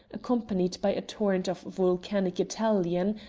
accompanied by a torrent of volcanic italian,